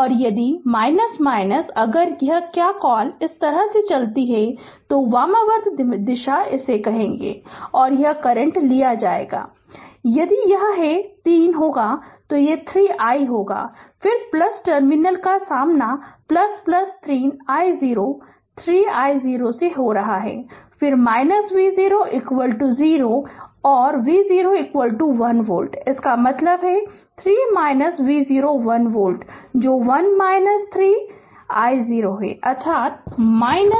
और यदि अगर क्या कॉल इस तरह से चलती हैं तो वामावर्त दिशा कहें और यह करंट लिया जायेगा कहेगे यदि यह है तो यह 3 होगा यह 3 i होगा फिर टर्मिनल का सामना 3 i0 3 i0 से हो रहा है फिर V0 0 और V0 1 वोल्ट इसका मतलब है 3 V0 1 वोल्ट है जो 1 3 i0 है अर्थात 1